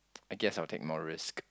I guess I'll take more risk